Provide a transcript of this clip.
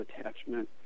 attachment